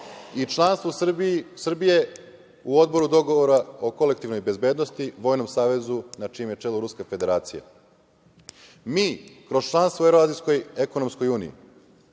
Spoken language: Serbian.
i članstva Srbije u Odboru dogovora o kolektivnoj bezbednosti, Vojnom savezu na čijem je čelu Ruska Federacija. Mi kroz članstvo u Evroazijskoj ekonomskoj uniji